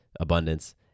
abundance